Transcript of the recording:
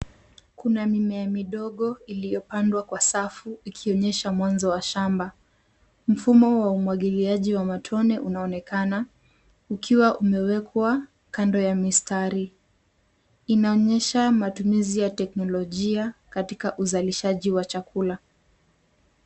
Kuna mimea midogo, iliyopandwa kwa safu ikionyesha mwanzo wa shamba mfumo wa umwagiliaji wa matone. Unaonekana ukiwa umewekwa kando ya mistari inaonyesha matumizi ya teknolojia katika uzalishaji wa chakula.